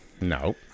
No